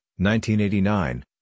1989